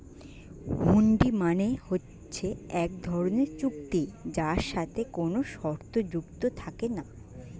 হুন্ডি মানে হচ্ছে এক ধরনের চুক্তি যার সাথে কোনো শর্ত যুক্ত থাকে না